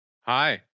Hi